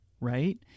right